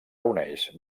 uneix